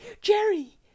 jerry